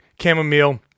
chamomile